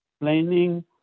explaining